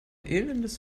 elendes